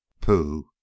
Pooh